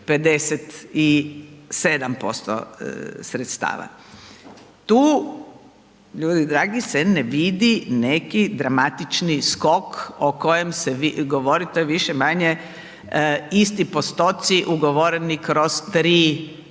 14,57% sredstava. Tu, ljudi dragi se ne vidi neki dramatični skok o kojem vi govorite, to je više-manje isti postoci ugovoreni kroz 3 razdoblja,